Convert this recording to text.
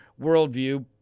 worldview